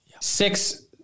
Six